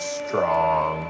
strong